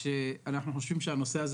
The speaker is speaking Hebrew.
אנחנו מתכבדים לפתוח את הישיבה הראשונה